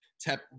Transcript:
tap